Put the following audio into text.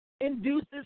induces